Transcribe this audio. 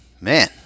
Man